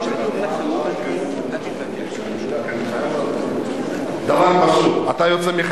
תגיד לי במשפט אחד מה ההיגיון, כי אני חייב,